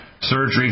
surgery